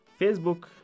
facebook